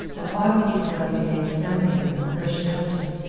awhile peter blood remained standing there, where she left him,